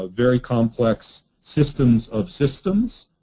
ah very complex systems of systems,